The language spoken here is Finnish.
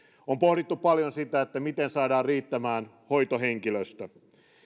on pohdittu paljon sitä miten saadaan hoitohenkilöstö